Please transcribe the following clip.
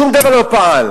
שום דבר לא פעל,